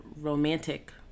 romantic